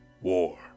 War